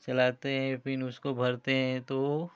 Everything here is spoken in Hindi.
चलाते हैं फिन उसको भरते हैं तो